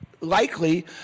Likely